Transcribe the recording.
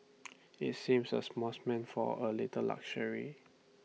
IT seems A small spend for A little luxury